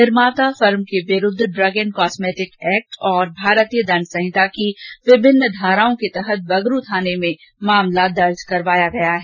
निर्माता फर्म के विरूद्व ड्रग एंड कॉस्मेटिक एक्ट और भारतीय दंड संहिता की विभिन्न धाराओं के तहत बगरू थाने में मामला दर्ज करवाया गया है